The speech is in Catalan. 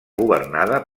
governada